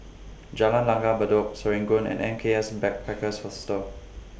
Jalan Langgar Bedok Serangoon and N K S Backpackers Hostel